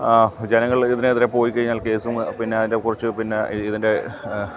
ജനങ്ങൾ ഇതിനെതിരെ പോയി കഴിഞ്ഞാൽ കേസും പിന്നെ അതിനെക്കുറിച്ച് പിന്നെ ഇതിൻ്റെ